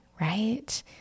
Right